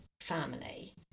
family